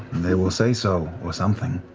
they will say so or something.